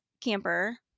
camper